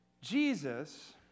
Jesus